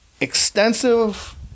extensive